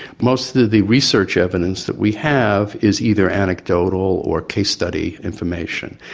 most of the the research evidence that we have is either anecdotal or case-study information.